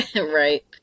Right